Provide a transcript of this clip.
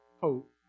hope